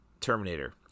Terminator